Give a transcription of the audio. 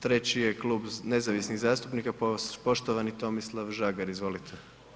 Treći je Klub nezavisnih zastupnika, poštovani Tomislav Žagar, izvolite.